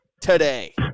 today